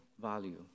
value